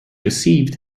received